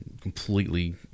completely